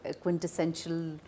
quintessential